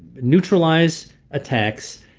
neutralize attacks,